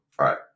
Right